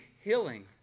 healing